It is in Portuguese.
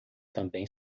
também